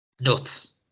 Nuts